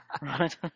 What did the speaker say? Right